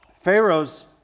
Pharaoh's